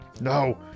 No